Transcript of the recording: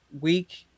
week